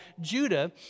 Judah